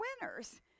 winners